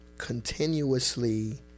continuously